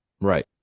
right